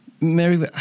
Mary